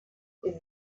les